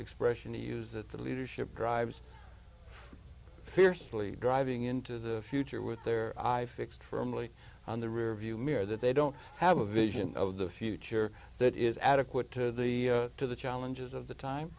expression to use that the leadership drives fiercely driving into the future with their i fixed firmly on the rearview mirror that they don't have a vision of the future that is adequate to the to the challenges of the time